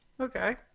okay